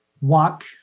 walk